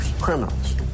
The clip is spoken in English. criminals